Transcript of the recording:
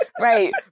Right